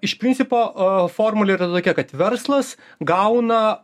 iš principo o formulė yra tokia kad verslas gauna